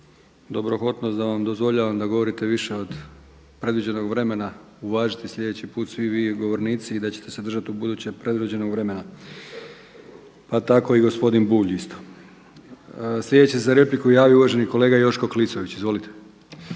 dobrohotnost da vam dozvoljavam da govorite više od predviđenog vremena uvažiti svi vi govornici i da ćete se držati ubuduće predviđenog vremena pa tako i gospodin Bulj isto. Sljedeći se za repliku javio uvaženi kolega Joško Klisović. Izvolite.